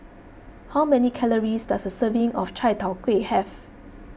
how many calories does a serving of Chai Tow Kuay have